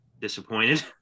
disappointed